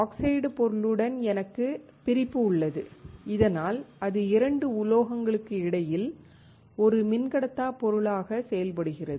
oxide பொருளுடன் எனக்குப் பிரிப்பு உள்ளது இதனால் அது 2 உலோகங்களுக்கு இடையில் ஒரு மின்கடத்தா பொருளாக செயல்படுகிறது